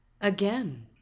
Again